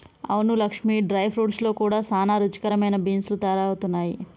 అవును Lakshmi dry fruits లో కూడా సానా రుచికరమైన బీన్స్ లు తయారవుతున్నాయి